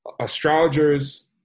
astrologers